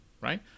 Right